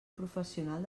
professional